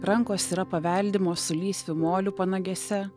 rankos yra paveldimos su lysvių moliu panagėse